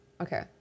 okay